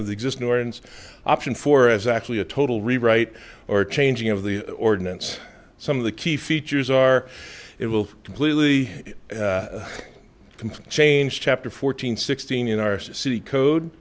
the exist nor an option for as actually a total rewrite or changing of the ordinance some of the key features are it will completely completely change chapter fourteen sixteen in our city code